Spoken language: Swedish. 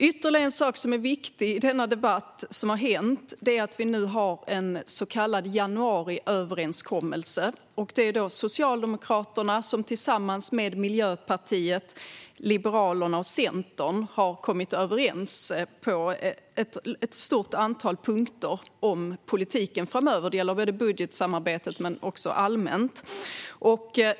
Ytterligare en sak som hänt och som är viktig i denna debatt är att vi nu har en så kallad januariöverenskommelse, där Socialdemokraterna tillsammans med Miljöpartiet, Liberalerna och Centern har kommit överens om politiken framöver på ett stort antal punkter. Det gäller budgetsamarbetet men också allmänt.